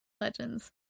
Legends